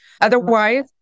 Otherwise